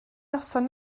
noson